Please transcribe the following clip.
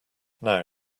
now